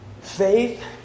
Faith